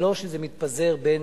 יש חיבור בין